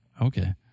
Okay